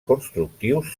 constructius